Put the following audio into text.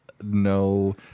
No